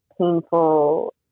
painful